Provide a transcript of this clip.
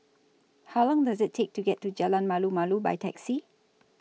How Long Does IT Take to get to Jalan Malu Malu By Taxi